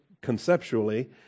conceptually